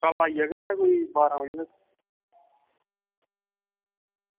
कल आई जाह्गा में कोई बारां बजे तक